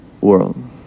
world